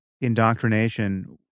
indoctrination